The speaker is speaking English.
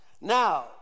now